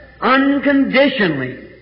unconditionally